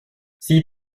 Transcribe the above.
sie